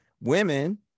women